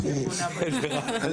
היה